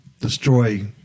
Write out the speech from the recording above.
destroy